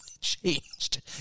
changed